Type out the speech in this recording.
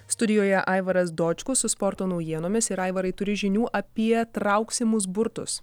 studijoje aivaras dočkus su sporto naujienomis ir aivarai turi žinių apie trauksimus burtus